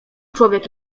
człowiek